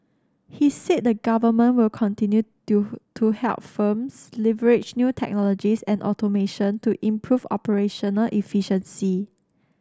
he said the government will continue to to help firms leverage new technologies and automation to improve operational efficiency